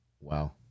Wow